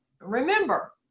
Remember